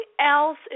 else